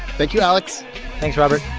thank you, alex thanks, robert